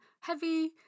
heavy